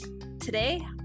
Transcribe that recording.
Today